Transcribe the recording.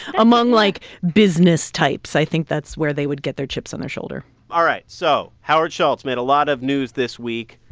among, like, business types, i think that's where they would get their chips on their shoulder all right. so howard schultz made a lot of news this week.